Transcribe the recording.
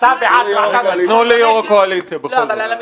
תחזור ליושב-ראש הקואליציה בכל זאת.